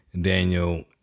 daniel